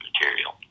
material